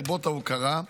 לרבות ההוקרה,